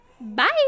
bye